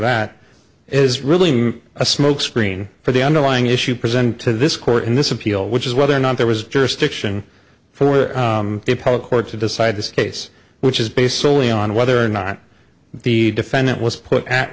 that is really a smokescreen for the underlying issue presented to this court in this appeal which is whether or not there was jurisdiction for the court to decide this case which is based solely on whether or not the defendant was put at